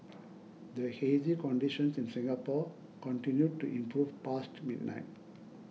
the hazy conditions in Singapore continued to improve past midnight